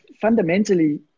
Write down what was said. fundamentally